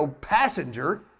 passenger